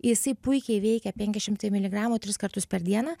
jisai puikiai veikia penki šimtai miligramų tris kartus per dieną